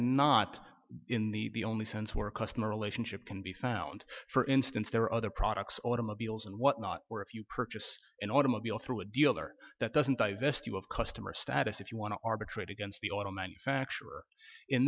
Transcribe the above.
not in the only sense where a customer relationship can be found for instance there are other products automobiles and whatnot or if you purchase an automobile through a dealer that doesn't divest you of customer status if you want to arbitrate against the auto manufacturer in